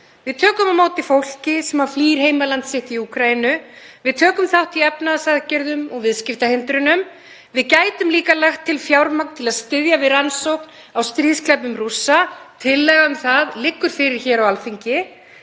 Við tökum á móti fólki sem flýr heimaland sitt í Úkraínu. Við tökum þátt í efnahagsaðgerðum og viðskiptahindrunum. Við gætum líka lagt til fjármagn til að styðja við rannsókn á stríðsglæpum Rússa, tillaga um það liggur fyrir hér á Alþingi.